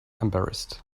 embarrassed